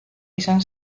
izan